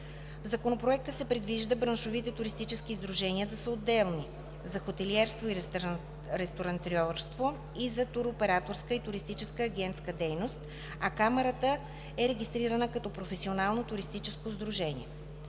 Законопроекта се предвижда браншовите туристически сдружения да са отделни – за хотелиерство и ресторантьорство и за туроператорска и туристическа агентска дейност, а Камарата е регистрирана като професионално туристическо сдружение.